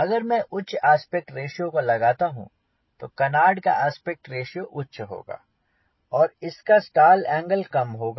अगर मैं उच्च आस्पेक्ट रेश्यो को लगाता हूँ तो कनार्ड का आस्पेक्ट रेश्यो उच्च होगा और इसका स्टाल एंगल कम होगा